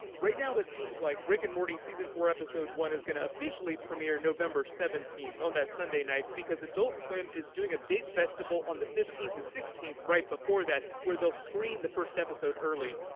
right now it seems like rick and morty season four episode one is gonna officially premiere november seventeenth on that sunday night, because adult swim is doing a big festival on the fifteenth and sixteenth, right before that, where they'll screen the first episode early.